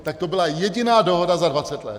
Tak to byla jediná dohoda za 20 let.